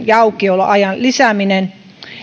ja aukioloajan lisääminen